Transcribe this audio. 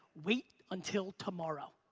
wait until tomorrow.